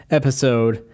episode